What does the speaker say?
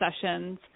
sessions